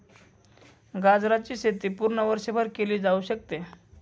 गाजराची शेती पूर्ण वर्षभर केली जाऊ शकते